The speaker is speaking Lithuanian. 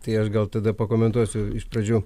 tai aš gal tada pakomentuosiu iš pradžių